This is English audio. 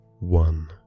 One